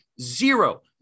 zero